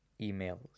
emails